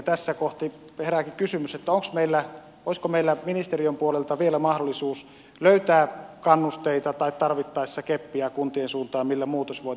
tässä kohti herääkin kysymys olisiko meillä ministeriön puolelta vielä mahdollisuus löytää kannusteita tai tarvittaessa keppiä kuntien suuntaan millä muutos voitaisiin toteuttaa